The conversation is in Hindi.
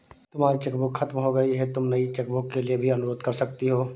तुम्हारी चेकबुक खत्म हो गई तो तुम नई चेकबुक के लिए भी अनुरोध कर सकती हो